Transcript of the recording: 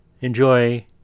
Enjoy